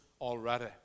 already